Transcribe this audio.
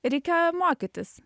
reikia mokytis